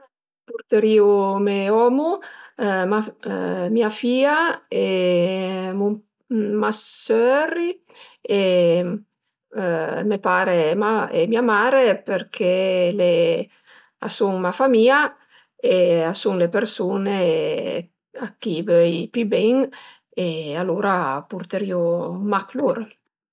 Purterìu me omu, mia fìa e ma söri e me pare e mia mare përché le a sun mia famìa e a sun le persun-e a chi vöi pi bin e alura purterìu mach lur